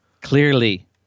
Clearly